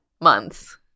months